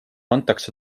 antakse